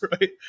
right